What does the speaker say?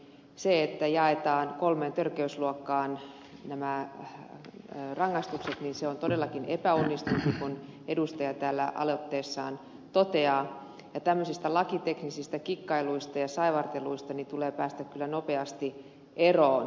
se että jaetaan kolmeen törkeysluokkaan nämä rangaistukset on todellakin epäonnistunut niin kuin edustaja täällä aloitteessaan toteaa ja tämmöisistä lakiteknisistä kikkailuista ja saivarteluista tulee päästä kyllä nopeasti eroon